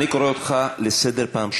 אני קורא אותך לסדר פעם שנייה.